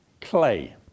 clay